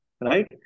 right